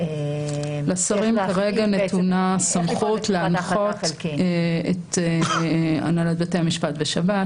--- לשרים כרגע נתונה סמכות להנחות את הנהלת בתי המשפט ושב"ס